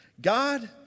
God